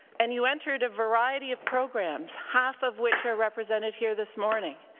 and you entered a variety of programs, half of which are represented here this morning.